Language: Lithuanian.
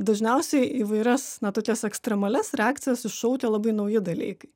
dažniausiai įvairias na tokias ekstremalias reakcijas iššaukia labai nauji dalykai